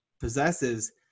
possesses